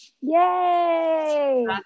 Yay